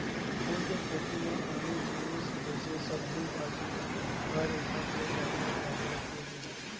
फूल के खेती म आने जिनिस जइसे सब्जी भाजी, फर एखर ले जादा फायदा के हे